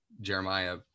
Jeremiah